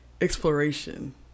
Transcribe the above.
exploration